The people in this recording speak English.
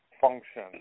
function